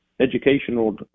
educational